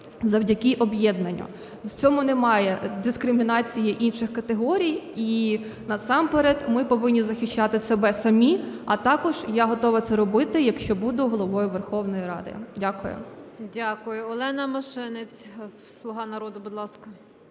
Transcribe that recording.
завдяки об'єднанню. В цьому немає дискримінації інших категорій, і, насамперед ми повинні захищати себе самі. А також я готова це робити, якщо буду Головою Верховної Ради. Дякую. ГОЛОВУЮЧА. Дякую. Олена Мошенець, "Слуга народу", будь ласка.